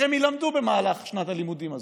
הם ילמדו במהלך שנת הלימודים הזאת.